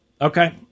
Okay